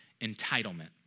entitlement